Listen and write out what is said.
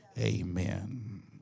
Amen